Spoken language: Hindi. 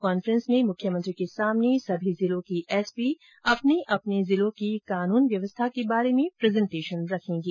कान्फ्रेंस में मुख्यमंत्री के सामने सभी जिलों के एसपी अपने अपने जिलों की कानून व्यवस्था के बारे में प्रजेन्टेशन रखेंगे